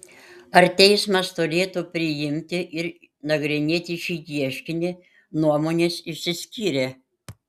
ar teismas turėtų priimti ir nagrinėti šį ieškinį nuomonės išsiskyrė